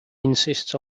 insists